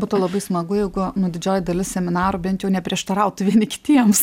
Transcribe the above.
būtų labai smagu jeigu nu didžioji dalis seminarų bent jau neprieštarautų vieni kitiems